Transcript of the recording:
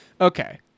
Okay